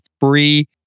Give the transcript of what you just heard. free